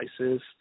devices